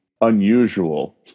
unusual